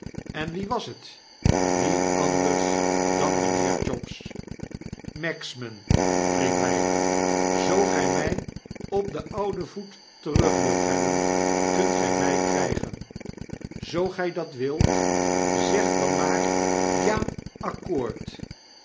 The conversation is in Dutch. en wie was het wie anders dan mynheer chops magsman riep hij zoo gy my op den ouden voet terug wilt hebben kunt gy my krygen zoo gy dat wilt zeg dan maar ja accoord